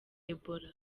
ebola